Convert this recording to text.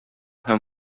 һәм